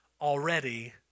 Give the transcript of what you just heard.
already